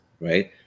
right